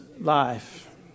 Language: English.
life